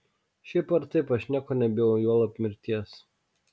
šiaip ar taip aš nieko nebijau juolab mirties